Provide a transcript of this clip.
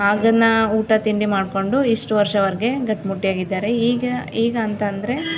ಆಗಿನ ಊಟ ತಿಂಡಿ ಮಾಡಿಕೊಂಡು ಇಷ್ಟು ವರ್ಷದ್ವರ್ಗೆ ಗಟ್ಟುಮುಟ್ಟಾಗಿದ್ದಾರೆ ಈಗಿನ ಈಗ ಅಂತ ಅಂದರೆ